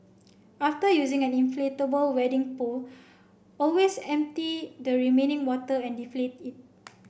after using an inflatable wading pool always empty the remaining water and deflate it